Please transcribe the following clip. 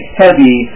heavy